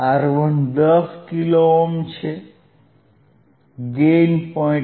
R1 10 kilo ohm છે gain 0